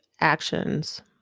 actions